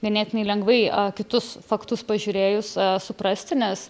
ganėtinai lengvai kitus faktus pažiūrėjus suprasti nes